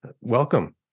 Welcome